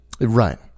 Right